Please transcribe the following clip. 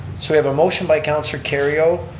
so we have a motion by councilor kerrio